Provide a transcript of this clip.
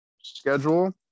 schedule